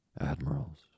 admirals